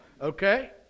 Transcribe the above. Okay